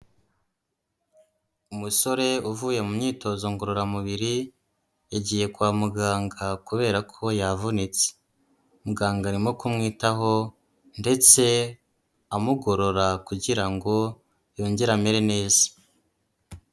Umusore uvuye mu myitozo ngororamubiri, yagiye kwa muganga kubera ko yavunitse. Muganga arimo kumwitaho ndetse amugorora kugira ngo yongere amere neza.